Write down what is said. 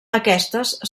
aquestes